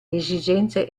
esigenze